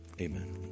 Amen